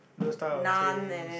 those type of things